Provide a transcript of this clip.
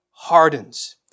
hardens